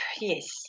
yes